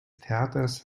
theaters